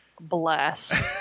bless